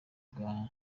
bwa